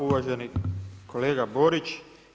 Uvaženi kolega Borić.